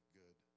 good